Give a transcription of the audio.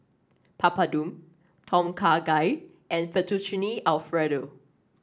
Papadum Tom Kha Gai and Fettuccine Alfredo